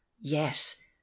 yes